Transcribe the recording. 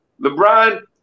LeBron